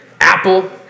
Apple